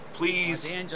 Please